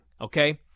Okay